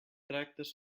tractes